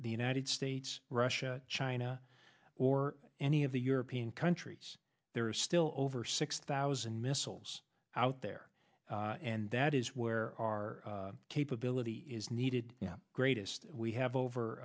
the united states russia china or any of the european countries there are still over six thousand missiles out there and that is where our capability is needed yeah greatest we have